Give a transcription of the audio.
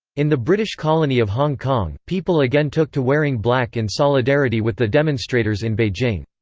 in the british colony of hong kong, people again took to wearing black in solidarity with the demonstrators in beijing.